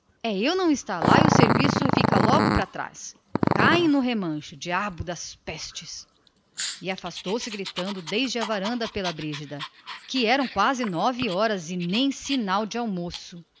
eu não estar lá e o serviço fica logo pra trás caem no remancho diabo das pestes afastou-se gritando desde a varanda pela brígida que estavam a pingar as nove e nem sinal de almoço